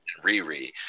Riri